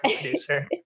producer